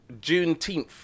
Juneteenth